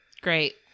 Great